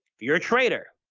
you're a trader